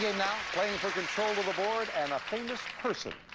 ah now, playing for control of the board and a famous person.